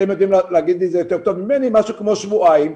אתם יודעים לומר טוב ממני משהו כמו שבועיים.